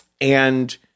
And-